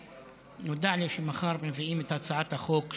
נודע לי שמחר מביאים את הצעת החוק,